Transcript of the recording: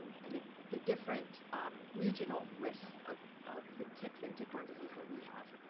and the the different regional risks of of the ticks and tick-borne disease that we have.